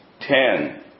ten